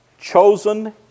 chosen